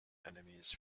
enemies